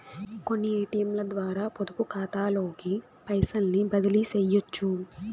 కొన్ని ఏటియంలద్వారా పొదుపుకాతాలోకి పైసల్ని బదిలీసెయ్యొచ్చు